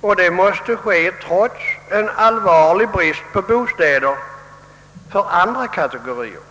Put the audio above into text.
och detta måste ske trots en allvarlig brist på bostäder för andra kategorier.